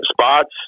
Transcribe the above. spots